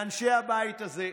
לאנשי הבית הזה.